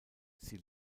sie